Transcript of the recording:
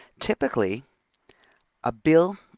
typically a bill